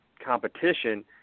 competition